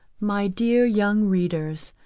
my dear young readers,